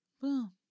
Boom